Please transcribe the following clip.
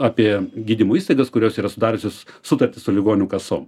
apie gydymo įstaigas kurios yra sudariusios sutartis su ligonių kasom